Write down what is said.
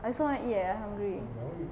I also want eat eh I hungry